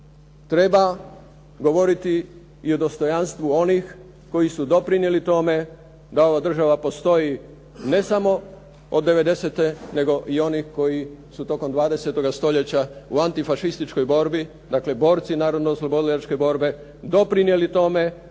treba govoriti i o dostojanstvu onih koji su doprinijeli tome da ova država postoji ne samo od '90.-te nego i onih koji su tokom 20.-oga stoljeća u antifašističkoj borbi, dakle, borci Narodno oslobodilačke borbe doprinijeli tome da se mi